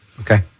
Okay